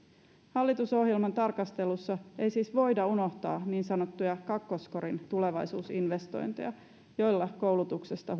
hallitusohjelman tarkastelussa ei siis voida unohtaa niin sanottuja kakkoskorin tulevaisuusinvestointeja joilla koulutuksesta